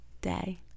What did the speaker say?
day